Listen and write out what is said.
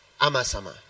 amasama